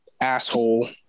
asshole